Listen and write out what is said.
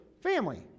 family